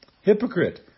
Hypocrite